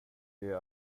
det